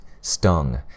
stung